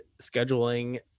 scheduling